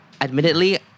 Admittedly